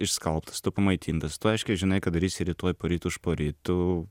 išskalbtas tu pamaitintas tu aiškiai žinai ką darysi rytoj poryt užporyt tu